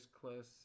close